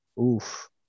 oof